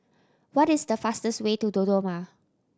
what is the fastest way to Dodoma